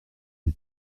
des